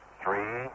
three